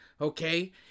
Okay